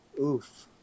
Oof